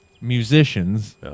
musicians